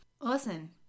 listen